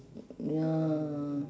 ya